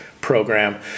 program